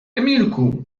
emilku